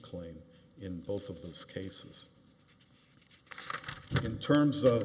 claim in both of those cases in terms of